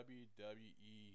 wwe